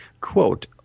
quote